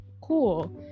cool